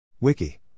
Wiki